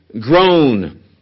grown